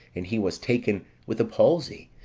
and he was taken with a palsy,